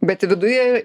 bet viduje